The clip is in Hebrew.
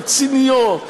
רציניות,